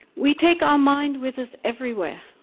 we take our mind with us everywhere,